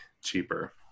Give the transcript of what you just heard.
cheaper